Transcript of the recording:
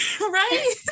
right